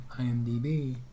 IMDb